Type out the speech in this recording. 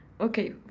Okay